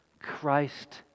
Christ